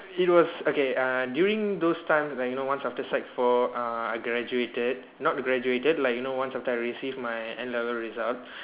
it was okay uh during those times right you know once after sec four uh I graduated not graduated like you know once after I received my N-level results